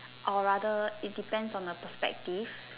I would rather it depends on the perspective